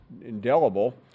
indelible